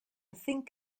think